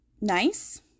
nice